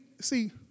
see